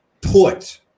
put